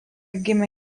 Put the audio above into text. gimė